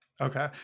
Okay